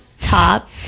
top